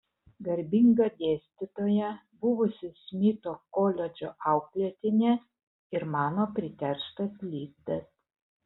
garbinga dėstytoja buvusi smito koledžo auklėtinė ir mano priterštas lizdas